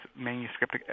manuscript